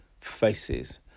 faces